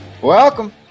Welcome